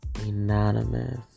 Anonymous